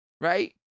Right